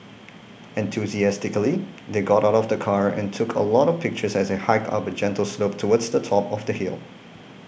enthusiastically they got out of the car and took a lot of pictures as they hiked up a gentle slope towards the top of the hill